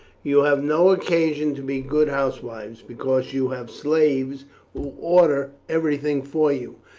you have no occasion to be good housewives, because you have slaves who order everything for you.